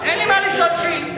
אין לי מה לשאול שאילתא.